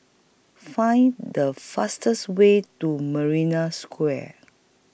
Find The fastest Way to Marina Square